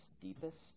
deepest